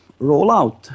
Rollout